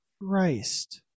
Christ